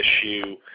issue